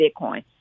Bitcoin